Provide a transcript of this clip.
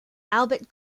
albert